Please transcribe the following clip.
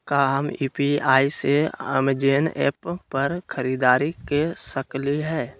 का हम यू.पी.आई से अमेजन ऐप पर खरीदारी के सकली हई?